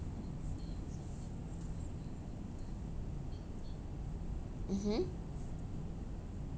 mmhmm